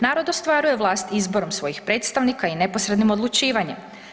Narod ostvaruje vlast izborom svojih predstavnika i neposrednim odlučivanjem.